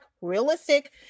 Realistic